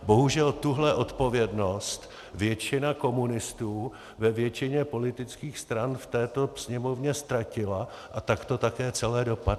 Bohužel, tuhle odpovědnost většina komunistů ve většině politických stran v této Sněmovně ztratila a tak to také celé dopadne.